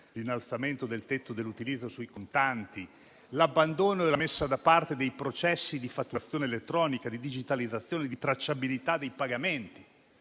l'innalzamento del tetto all'utilizzo del contante, l'abbandono e la messa da parte dei processi di fatturazione elettronica, di digitalizzazione, di tracciabilità dei pagamenti.